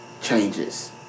changes